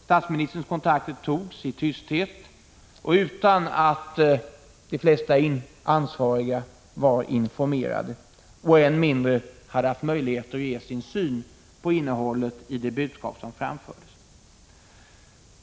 Statsministerns kontakter togs i tysthet och utan att de flesta ansvariga var informerade och än mindre hade möjlighet att ge sin syn på innehållet i det budskap som framfördes.